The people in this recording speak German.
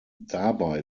dabei